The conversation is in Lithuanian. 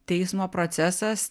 teismo procesas